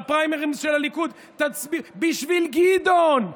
בפריימריז של הליכוד: תצביעו בשביל גדעון,